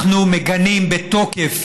אנחנו מגנים בתוקף